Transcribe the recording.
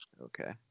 Okay